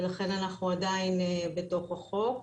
לכן, אנחנו עדיין בתוך החוק.